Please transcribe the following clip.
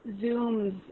Zoom's